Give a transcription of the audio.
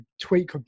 tweak